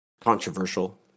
controversial